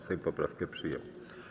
Sejm poprawkę przyjął.